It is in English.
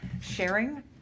sharing